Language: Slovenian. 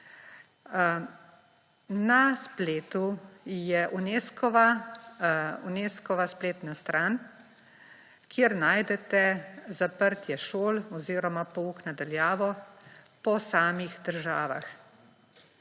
Na spletu je Unescova spletna stran, kjer najdete zaprtje šol oziroma pok na daljavo po samih državah.